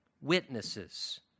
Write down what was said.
witnesses